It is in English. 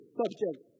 subject